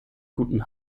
guten